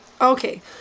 Okay